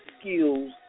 skills